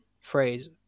phrase